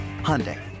Hyundai